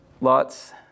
Lot's